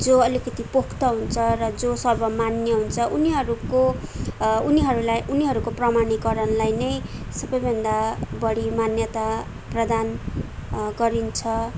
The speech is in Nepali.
जो अलिकति पोख्त हुन्छ र जो सर्वमान्य हुन्छ उनीहरूको उनीहरूलाई उनीहरूको प्रमाणीकरणलाई नै सबैभन्दा बढी मान्यता प्रदान गरिन्छ